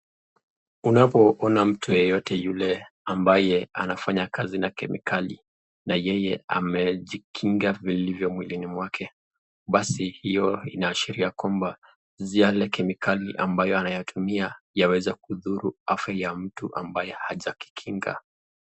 Unapoona mtu yeyote yule ambaye anafanya kazi na kemikali na yeye amejikinga vilivyo mwilini mwake basi hiyo inaashiria kwamba zile kemikali ambazo anazitumia yaweza kuzuru afya ya mtu ambaye hajajikinga.